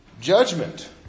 Judgment